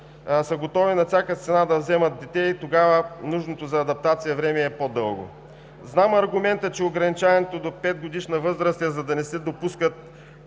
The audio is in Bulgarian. са готови на всяка цена да вземат дете и тогава нужното за адаптация време е по-дълго. Знам аргумента, че ограничаването до 5-годишна възраст е, за да не се допускат